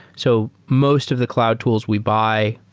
so most of the cloud tools we buy,